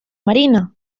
marina